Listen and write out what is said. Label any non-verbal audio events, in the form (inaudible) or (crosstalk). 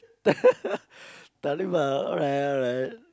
(laughs) Talib ah alright alright